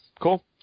Cool